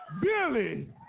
Billy